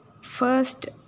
first